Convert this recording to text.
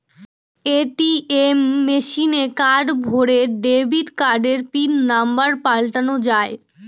ATM মেশিনে card ভোরে debit কার্ডের পিন নম্বর পাল্টানো যায়